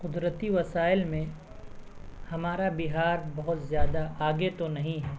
قدرتی وسائل میں ہمارا بہار بہت زیادہ آگے تو نہیں ہے